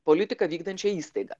politiką vykdančią įstaigą